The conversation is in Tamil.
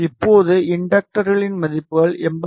இப்போது இண்டக்டர்களின் மதிப்புகள் 82